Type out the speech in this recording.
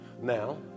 Now